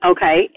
Okay